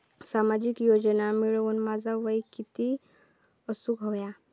सामाजिक योजना मिळवूक माझा वय किती असूक व्हया?